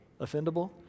offendable